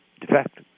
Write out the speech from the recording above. defect